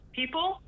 people